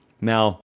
Now